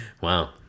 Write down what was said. Wow